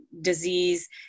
disease